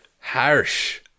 Harsh